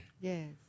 Yes